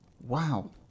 Wow